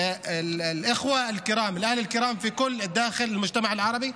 (אומר דברים בשפה הערבית,